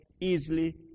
easily